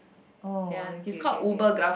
oh okay okay okay